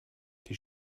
die